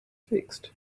fixed